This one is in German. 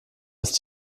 ist